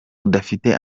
udafite